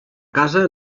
casa